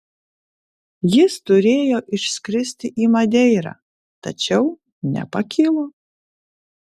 jis turėjo išskristi į madeirą tačiau nepakilo